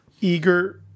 Eager